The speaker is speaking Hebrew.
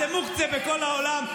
אתם מוקצים בכל העולם.